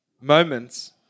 moments